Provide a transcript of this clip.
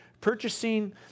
purchasing